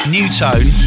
Newtone